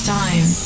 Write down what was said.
time